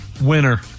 winner